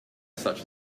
such